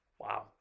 Wow